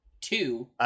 two